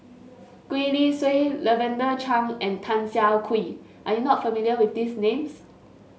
Gwee Li Sui Lavender Chang and Tan Siah Kwee are you not familiar with these names